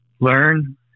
learn